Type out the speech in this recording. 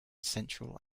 central